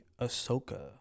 Ahsoka